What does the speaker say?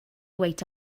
wait